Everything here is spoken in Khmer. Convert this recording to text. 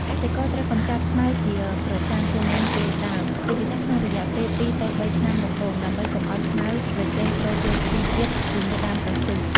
កសិករត្រូវកម្ចាត់ស្មៅជាប្រចាំជុំវិញគល់ដើម ជាពិសេសក្នុងរយៈពេល ២ ទៅ ៣ ឆ្នាំដំបូង ដើម្បីកុំឱ្យស្មៅប្រជែងស្រូបយកជីជាតិជាមួយដើមកៅស៊ូ។